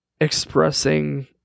expressing